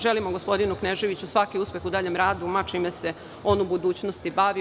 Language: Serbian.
Želimo gospodinu Kneževiću svaki uspeh u daljem radu, ma čime se on u budućnosti bavio.